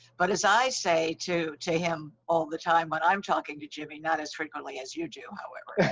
but as i say to to him all the time, when i'm talking to jimmy, not as frequently as you do, however,